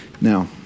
Now